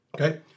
Okay